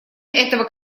этого